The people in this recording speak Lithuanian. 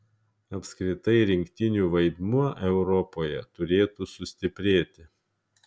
apskritai rinktinių vaidmuo europoje turėtų sustiprėti